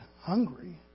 hungry